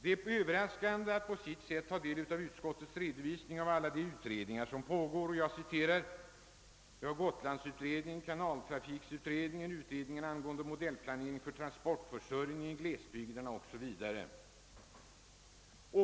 Det är överraskande att ta del av utskottets redovisning av alla utredningar som pågår: Gotlandstrafikutredningen, kanaltrafikutredningen, utredningen angående modellplanering för transportförsörjning i glesbygderna 0. s. Vv.